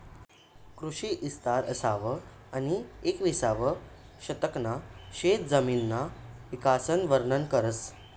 कृषी इस्तार इसावं आनी येकविसावं शतकना शेतजमिनना इकासन वरनन करस